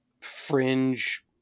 fringe